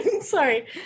Sorry